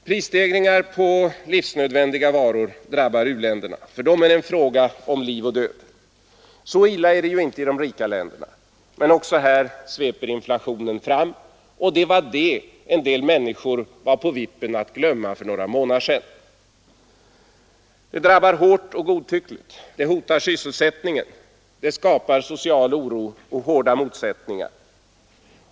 Prisstegringarna på livsnödvändiga varor drabbar u-länderna. För dem blir det en fråga om liv eller död. Så illa är inte läget i de rika länderna. Men också här sveper inflationen fram, vilket en del människor var på vippen att glömma för några månader sedan. Den drabbar hårt och godtyckligt, hotar sysselsättningen samt skapar social oro och hårda motsättningar.